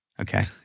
Okay